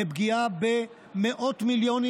בפגיעה במאות מיליונים,